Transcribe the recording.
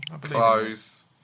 Close